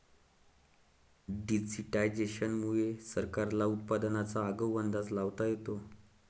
digitisation मुळे सरकारला उत्पादनाचा आगाऊ अंदाज लावता येतो